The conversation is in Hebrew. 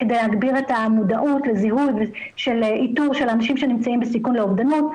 כדי להגביר את המודעות לזיהוי ואיתור של אנשים שנמצאים בסיכון לאובדנות.